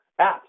apps